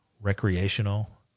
recreational